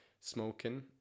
smoking